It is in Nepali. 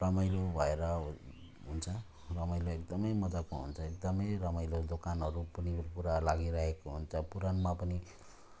रमाइलो भएर हुन् हुन्छ रमाइलो एकदमै मजाको हुन्छ एकदमै रमाइलो दोकानहरू पनि पुरा लागिरहेको हुन्छ पुराणमा पनि